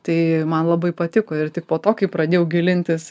tai man labai patiko ir tik po to kai pradėjau gilintis